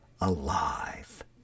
alive